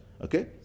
Okay